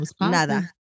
nada